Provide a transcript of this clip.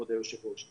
כבוד היושבת-ראש,